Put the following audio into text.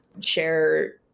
share